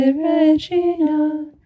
Regina